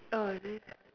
orh